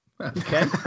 Okay